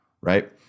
right